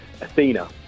Athena